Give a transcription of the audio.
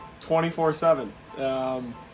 24-7